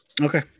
Okay